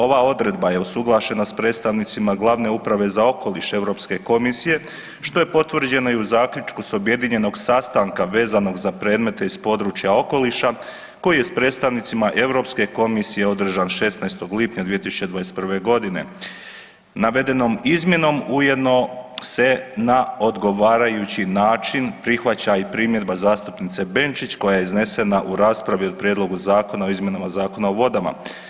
Ova odredba je usuglašena s predstavnicima Glavne uprave za okoliš Europske komisije što je potvrđeno i u zaključku s objedinjenog sastanka vezanog za predmete iz područja okoliša koji je s predstavnicima Europske komisije održan 16. lipnja 2021.g. Navedenom izmjenom ujedno se na odgovarajući način prihvaća i primjedba zastupnice Benčić koja je iznesena u raspravi u Prijedlogu Zakona o izmjenama Zakona o vodama.